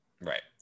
right